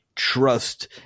trust